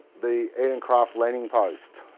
the edencraft leaning post,